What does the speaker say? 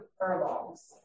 furlongs